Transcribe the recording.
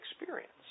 experience